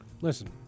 Listen